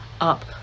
up